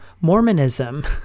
mormonism